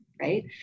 right